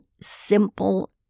simple